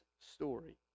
story